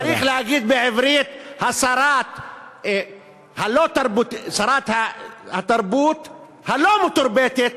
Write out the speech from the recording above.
צריך להגיד בעברית: שרת התרבות הלא-מתורבתת,